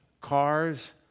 cars